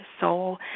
soul